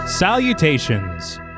salutations